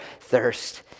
thirst